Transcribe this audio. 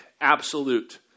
absolute